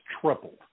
tripled